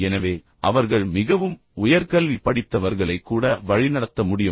எனவே அவர்கள் மிகவும் உயர்கல்வி படித்தவர்களை கூட வழிநடத்த முடியும்